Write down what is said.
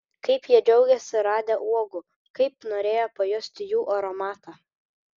kaip jie džiaugėsi radę uogų kaip norėjo pajusti jų aromatą